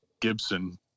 Gibson